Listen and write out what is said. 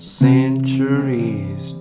centuries